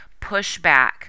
pushback